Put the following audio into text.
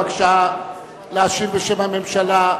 בבקשה להשיב בשם הממשלה.